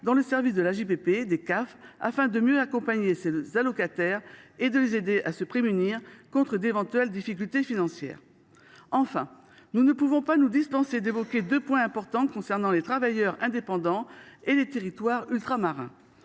dans le service consacré aux AJPP des CAF afin de mieux accompagner les allocataires et de les aider à se prémunir contre les difficultés financières. Enfin, nous nous devons d’évoquer deux points importants concernant les travailleurs indépendants et les territoires ultramarins.